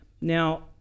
now